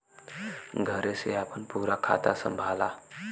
घरे से आपन पूरा खाता संभाला